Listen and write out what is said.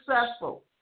successful